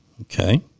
Okay